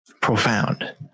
Profound